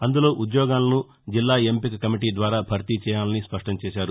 అందులో ఉ ద్యోగాలను జిల్లా ఎంపిక కమిటీ ద్వారా భర్తీ చేయాలని స్పష్టం చేశారు